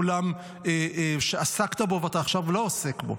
עולם שעסקת בו ואתה עכשיו לא עוסק בו.